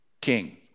king